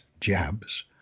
jabs